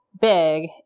big